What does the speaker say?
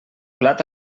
blat